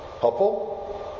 Helpful